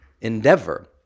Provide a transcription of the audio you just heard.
endeavor